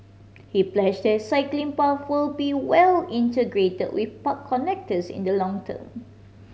he pledged that cycling path be well integrate with park connectors in the long term